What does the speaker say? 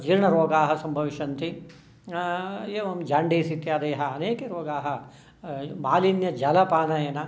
जीर्णरोगाः सम्भविष्यन्ति एवं जाण्डिस् इत्यादयः अनेके रोगाः मालिन्यजलपानेन